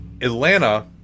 Atlanta